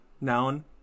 Noun